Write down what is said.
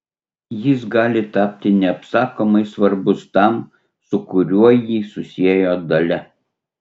jis gali tapti neapsakomai svarbus tam su kuriuo jį susiejo dalia